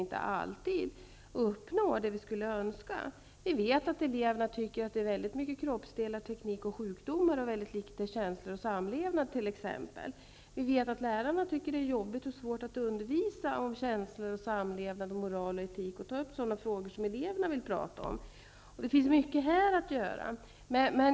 Vi vet t.ex. att eleverna anser att sexual och samlevnadsundervisningen till stor del består av kroppsdelar, teknik och sjukdomar och till väldigt liten del består av känslor och samlevnad. Vi vet att lärarna tycker att det är jobbigt och svårt att undervisa om känslor, samlevnad, moral och etik. Det är också känsligt att ta upp de frågor som eleverna vill prata om. Här finns det mycket att göra.